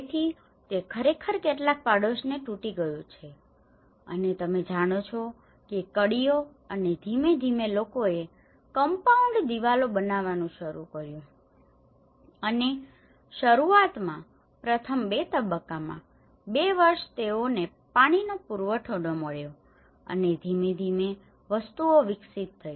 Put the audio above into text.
તેથી તે ખરેખર કેટલાક પાડોશને તૂટી ગયું છે તમે જાણો છો કે કડીઓ અને ધીમે ધીમે લોકોએ કમ્પાઉન્ડ દિવાલો બનાવવાનું શરૂ કર્યું અને શરૂઆતમાં પ્રથમ બે તબક્કામાં બે વર્ષ તેઓને પાણીનો પુરવઠો ન મળ્યો અને ધીમે ધીમે વસ્તુઓ વિકસિત થઈ